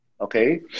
okay